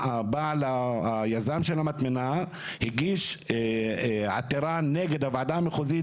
שהיזם של המטמנה הגיש עתירה נגד הוועדה המחוזית